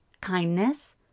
kindness